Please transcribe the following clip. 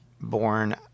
born